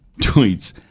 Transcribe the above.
tweets